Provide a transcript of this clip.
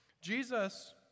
Jesus